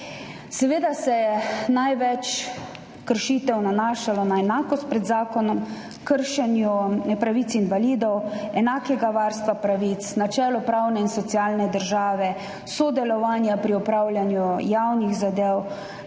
Seveda se je največ kršitev nanašalo na enakost pred zakonom, kršenje pravic invalidov, enako varstvo pravic, načelo pravne in socialne države, sodelovanje pri opravljanju javnih zadev,